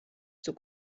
zur